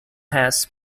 has